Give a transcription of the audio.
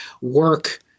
work